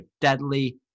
deadly